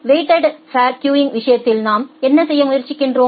weighted fair queuing விஷயத்தில் நாம் என்ன செய்ய முயற்சிக்கிறோம்